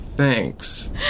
Thanks